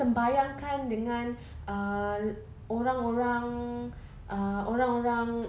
sembahyang kan dengan uh orang-orang uh orang-orang